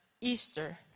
Easter